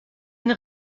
une